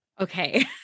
Okay